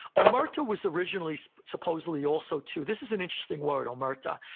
omerta was originally supposedly also too, this is an interesting word, omerta.